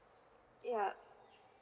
ya